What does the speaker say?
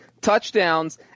touchdowns